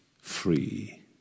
free